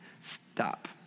Stop